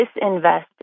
disinvest